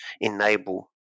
enable